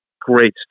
great